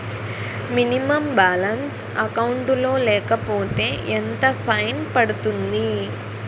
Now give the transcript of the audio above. Minimum balance account లో లేకపోతే ఎంత ఫైన్ పడుతుంది?